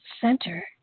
center